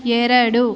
ಎರಡು